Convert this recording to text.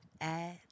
add